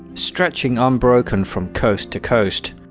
stretching unbroken from coast to coast.